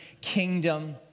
kingdom